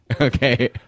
Okay